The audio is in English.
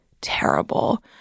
terrible